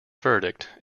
verdict